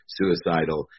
suicidal